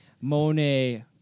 Monet